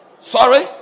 sorry